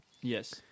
Yes